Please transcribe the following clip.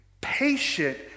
patient